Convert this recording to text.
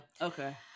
okay